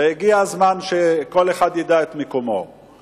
זה תחנת שידור של